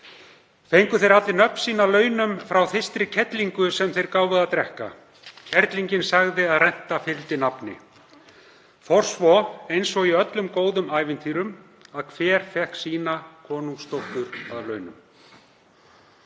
Fengu þeir allir nöfn sín að launum frá þyrstri kerlingu sem þeir gáfu að drekka. Kerlingin sagði að renta fylgdi nafni. Fór svo, eins og í öllum góðum ævintýrum, að hver fékk sína konungsdóttur að launum.